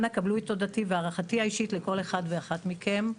אנא קבלו את תודתי והערכתי האישית לכל אחד ואחת מכם.